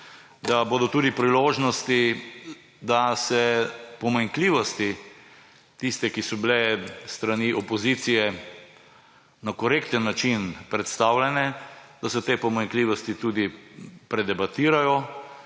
da bodo tudi priložnosti, da se pomanjkljivosti – tiste, ki so bile s strani opozicije na korekten način predstavljene ‒, da se te pomanjkljivosti tudi predebatirajo